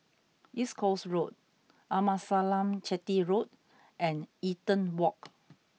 East Coast Road Amasalam Chetty Road and Eaton Walk